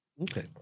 Okay